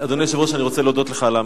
אני רוצה להודות לך על המחווה.